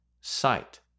sight